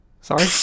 sorry